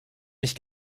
mich